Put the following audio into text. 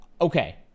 Okay